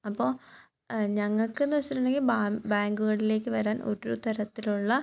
അപ്പോൾ ഞങ്ങൾക്കെന്ന് വെച്ചിട്ടുണ്ടെങ്കിൽ ബാങ്ക് ബാങ്കുകളിലേക്ക് വരാൻ ഒരു തരത്തിലുള്ള